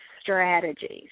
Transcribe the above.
strategies